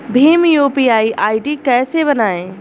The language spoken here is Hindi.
भीम यू.पी.आई आई.डी कैसे बनाएं?